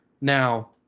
Now